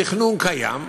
התכנון קיים.